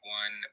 one